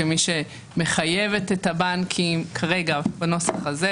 כמי שמחייבת את הבנקים כרגע בנוסח הזה.